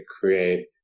create